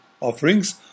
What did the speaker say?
offerings